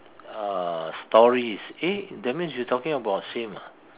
uh stories eh that means you talking about same ah